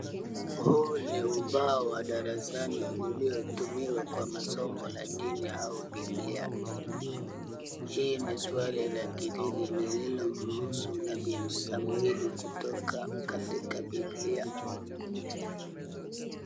Huu ni ubao wa darasani uliotumiwa kwa masomo la dini au bibilia. Hii ni swali la kidini lililo muhusu nabii samueli kutoka katika bibilia.